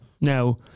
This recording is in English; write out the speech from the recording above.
Now